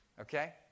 Okay